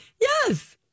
Yes